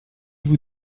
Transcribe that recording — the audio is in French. vous